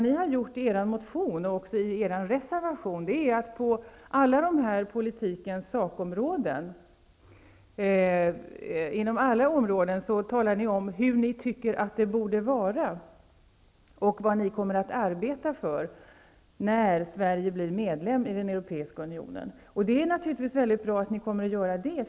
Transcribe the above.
I er motion och i er reservation har ni på alla politikens sakområden talat om hur ni tycker att det borde vara och vad ni kommer att arbeta för när Sverige blir medlem i den europeiska unionen. Det är naturligtvis bra att ni kommer att göra det.